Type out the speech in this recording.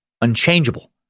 unchangeable